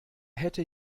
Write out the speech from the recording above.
hätte